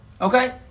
Okay